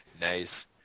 Nice